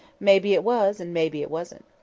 maybe it was and maybe it wasn't.